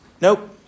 Nope